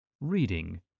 Reading